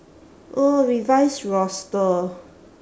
oh revise roster